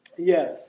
yes